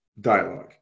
dialogue